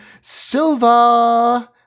Silva